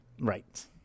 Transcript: Right